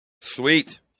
Sweet